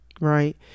Right